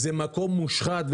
זה מקום מושחת.